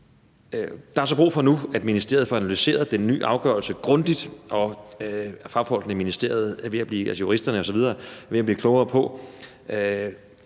Der er så brug for nu, at ministeriet får analyseret den nye afgørelse grundigt, og fagfolkene i ministeriet, altså juristerne osv., er ved at blive klogere på,